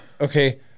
Okay